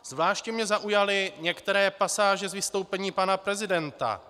Zvláště mě zaujaly některé pasáže z vystoupení pana prezidenta.